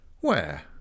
Where